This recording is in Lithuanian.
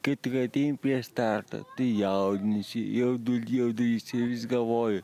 kai tik atein prieš startą tai jaudiniesi jaudul jaudulys ir vis galvoji